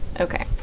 Okay